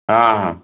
ହଁ ହଁ